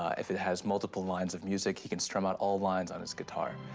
ah if it has multiple lines of music, he can strum out all lines on his guitar.